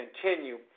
continue